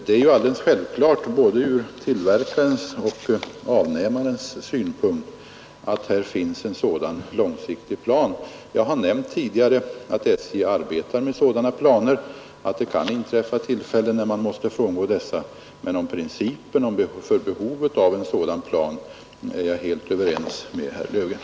Det är alldeles självklart från både tillverkarens och avnämarens synpunkt att det bör finnas en sådan långsiktig plan. Jag har tidigare nämnt att SJ arbetar med sådana planer men att det kan inträffa tillfällen när man måste frångå dessa, men om principen, dvs. behovet av en sådan plan, är jag helt överens med herr Löfgren.